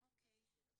אני ממשיכה בקריאה.